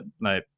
No